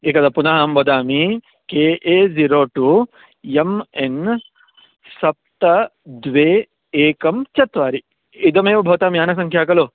एकदा पुनः अहं वदामि K A zero two M N सप्त द्वे एकं चत्वारि इदमेव भवतां यानसङ्ख्या खलु